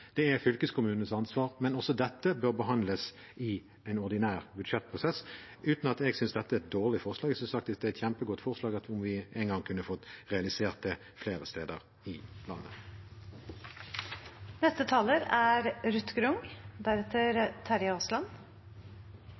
Det er fylkeskommunenes ansvar, men også dette bør behandles i en ordinær budsjettprosess – uten at jeg synes dette er et dårlig forslag. Jeg synes faktisk det er et kjempegodt forslag, om vi en gang kunne fått realisert det flere steder i landet. Norge er